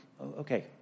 Okay